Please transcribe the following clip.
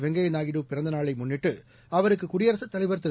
வெங்கைய நாயுடு பிறந்தநாளை முன்னிட்டு அவருக்கு குடியரசுத் தலைவர் திரு